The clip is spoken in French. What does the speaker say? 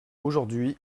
aujourd’hui